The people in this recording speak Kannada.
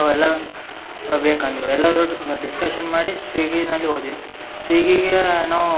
ಅವೆಲ್ಲ ಬೇಕಂದ್ವಿ ಎಲ್ಲರು ಡಿಸ್ಕಶನ್ ಮಾಡಿ ಸ್ವೀಗಿನಲ್ಲಿ ಹೋದ್ವಿ ಸ್ವೀಗಿಗೆ ನಾವು